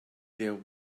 their